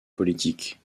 politique